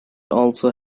also